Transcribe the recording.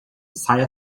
saia